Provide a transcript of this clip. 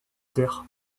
terre